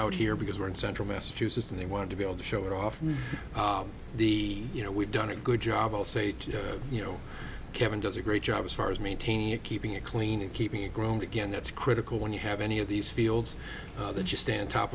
out here because we're in central massachusetts and they want to be able to show it off with the you know we've done a good job and say you know kevin does a great job as far as maintaining a keeping it clean and keeping it growing again that's critical when you have any of these fields that you stand top